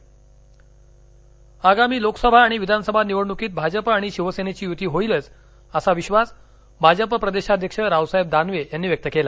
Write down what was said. दानवे आगामी लोकसभा आणि विधानसभा निवडण्कीत भाजप आणि शिवसेनेची य्ती होईलच असा विश्वास भाजप प्रदेशाध्यक्ष रावसाहेब दानवे यांनी व्यक्त केला